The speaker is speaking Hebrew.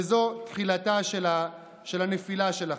וזו תחילתה של הנפילה שלכם.